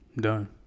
Done